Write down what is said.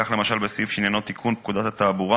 כך, למשל, בסעיף שעניינו תיקון פקודת התעבורה